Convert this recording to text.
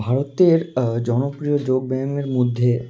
ভারতের জনপ্রিয় যোগব্যায়ামের মধ্যে